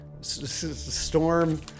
storm